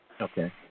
Okay